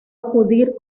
acudir